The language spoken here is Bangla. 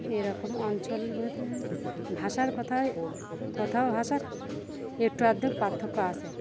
এরকম অঞ্চল হতে ভাষার কথাও কথাও ভাষার একটু আধটু পার্থক্য আছে